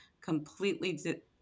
completely